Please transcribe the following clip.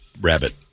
rabbit